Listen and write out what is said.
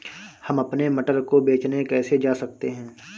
हम अपने मटर को बेचने कैसे जा सकते हैं?